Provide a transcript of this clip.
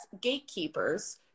gatekeepers